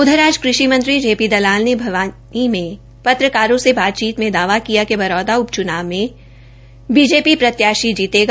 उधर आ कृषि मंत्री े पी दलाल ने भिवानी में पत्रकारों से बातचीत में दावा किया कि बरौदा उप च्नाव में बी पी पेतेगी